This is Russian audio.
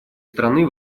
страны